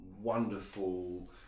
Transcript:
wonderful